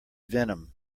venom